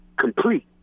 complete